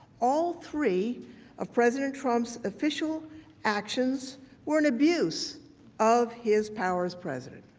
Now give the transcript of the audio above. all three of president trump's official actions were an abuse of his power as president.